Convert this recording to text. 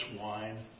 wine